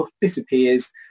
disappears